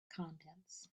contents